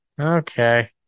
Okay